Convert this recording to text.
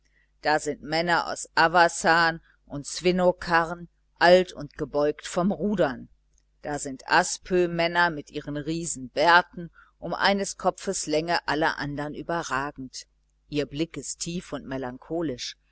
da sind männer aus avassan und svinnokarn alt und gebeugt vom rudern da sind aspömänner mit ihren riesenbärten um eines kopfes länge alle andern überragend ihr blick ist tief und melancholisch